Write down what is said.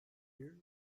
here